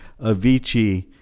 Avicii